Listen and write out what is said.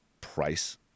price